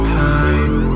time